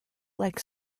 like